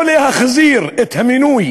או להחזיר את המינוי